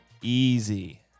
Easy